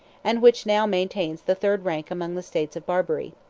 and which now maintains the third rank among the states of barbary.